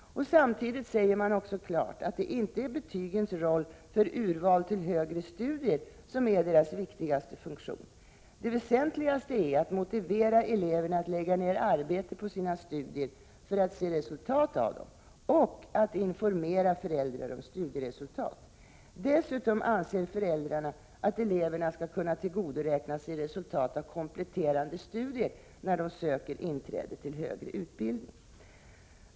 Samtidigt säger man också klart att det inte är betygens roll för urval till högre studier som är deras viktigaste funktion. Det väsentligaste är att motivera eleverna att lägga ner arbete på sina studier för att se resultat av dem och att informera föräldrar om studieresultat. Dessutom anser föräldrarna att eleverna skall kunna tillgodoräkna sig resultat av kompletterande studier, när de söker inträde till högre utbildning.